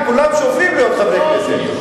כי כולם שואפים להיות חברי כנסת.